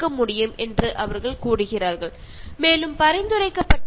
കാരണം ഇത് ധാരാളം ജൈവ ഇന്ധനം ഉപയോഗിക്കുന്നുണ്ട്